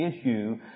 issue